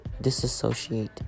disassociate